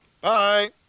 Bye